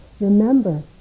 remember